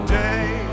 day